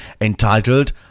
entitled